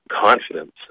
confidence